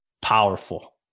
powerful